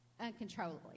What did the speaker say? uncontrollably